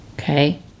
Okay